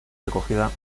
recogida